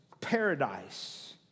paradise